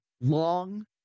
long